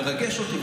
מרגש אותי,